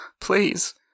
Please